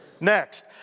Next